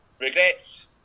Regrets